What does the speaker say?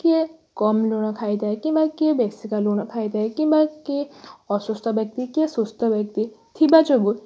କିଏ କମ୍ ଲୁଣ ଖାଇଥାଏ କିମ୍ବା କିଏ ବେଶିକା ଲୁଣ ଖାଇଥାଏ କିମ୍ବା କିଏ ଅସୁସ୍ଥ ବ୍ୟକ୍ତି କିଏ ସୁସ୍ଥ ବ୍ୟକ୍ତି ଥିବା ଯୋଗୁଁ